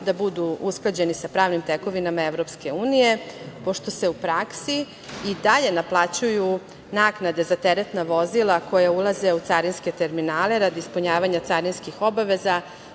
da budu usklađeni sa pravnim tekovinama EU, pošto se u praksi i dalje naplaćuju naknade za teretna vozila koja ulaze u carinske terminale radi ispunjavanja carinskih obaveza,